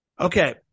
Okay